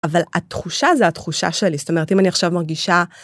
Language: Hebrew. אבל התחושה זה התחושה שלי, זאת אומרת, אם אני עכשיו מרגישה...